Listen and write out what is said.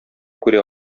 күрә